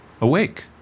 awake